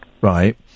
right